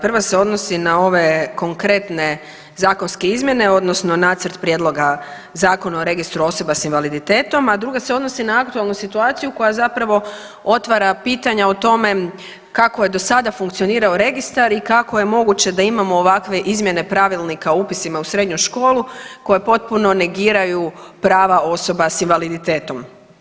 Prva s odnosi na ove konkretne zakonske izmjene odnosno Nacrt prijedloga Zakona o registru osoba s invaliditetom, a druga se odnosi na aktualnu situaciju koja zapravo otvara pitanja o tome kako je dosada funkcionirao registar i kako je moguće da imamo ovakve izmjene pravilnika o upisima u srednju školu koje potpuno negiraju prava osoba s invaliditetom.